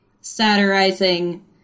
satirizing